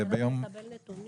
כל הנתונים